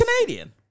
Canadian